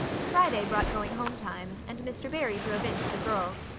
friday brought going-home time, and mr. barry drove in for the girls.